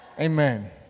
Amen